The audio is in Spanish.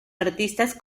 artistas